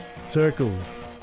Circles